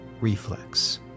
reflex